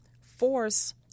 force